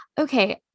okay